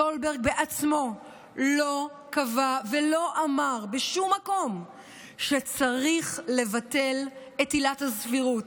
סולברג בעצמו לא קבע ולא אמר בשום מקום שצריך לבטל את עילת הסבירות,